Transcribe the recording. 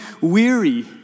weary